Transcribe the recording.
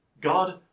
God